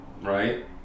right